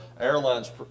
airlines